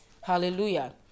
Hallelujah